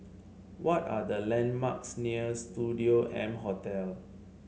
what are the landmarks near Studio M Hotel